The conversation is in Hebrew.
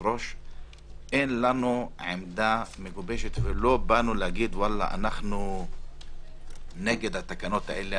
אין לנו עמדה מגובשת ולא באנו לומר: אנחנו נגד התקנות האלה,